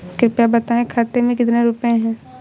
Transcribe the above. कृपया बताएं खाते में कितने रुपए हैं?